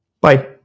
Bye